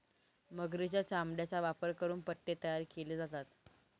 मगरीच्या चामड्याचा वापर करून पट्टे तयार केले जातात